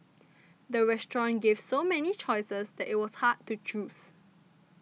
the restaurant gave so many choices that it was hard to choose